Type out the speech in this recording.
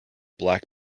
black